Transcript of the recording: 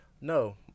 No